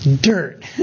Dirt